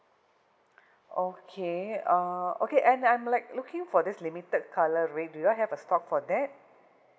okay uh okay and I'm like looking for this limited colour red do have a stock for that